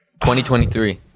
2023